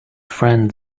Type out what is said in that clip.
friend